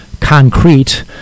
concrete